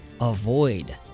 avoid